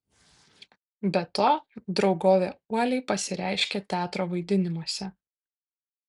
be to draugovė uoliai pasireiškė teatro vaidinimuose